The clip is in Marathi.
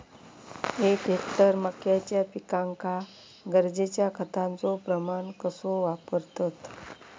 एक हेक्टर मक्याच्या पिकांका गरजेच्या खतांचो प्रमाण कसो वापरतत?